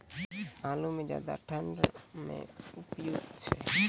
आलू म ज्यादा ठंड म उपयुक्त छै?